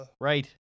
Right